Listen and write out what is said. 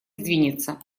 сдвинется